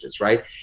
right